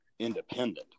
independent